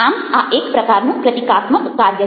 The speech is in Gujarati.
આમ આ એક પ્રકારનું પ્રતીકાત્મક કાર્ય છે